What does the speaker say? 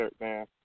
man